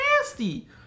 nasty